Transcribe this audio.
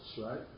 right